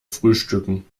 frühstücken